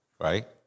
right